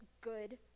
good